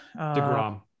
Degrom